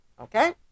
okay